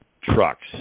trucks